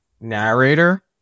narrator